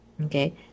okay